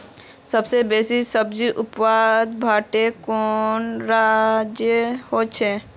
सबस बेसी सब्जिर उत्पादन भारटेर कुन राज्यत ह छेक